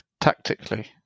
tactically